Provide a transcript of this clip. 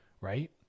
right